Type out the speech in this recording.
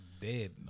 dead